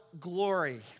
glory